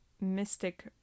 mystic